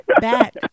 back